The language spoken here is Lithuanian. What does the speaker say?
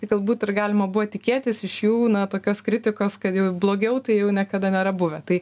tai galbūt ir galima buvo tikėtis iš jų na tokios kritikos kad jau blogiau tai jau niekada nėra buvę tai